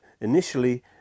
initially